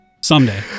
Someday